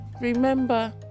Remember